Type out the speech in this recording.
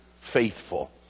faithful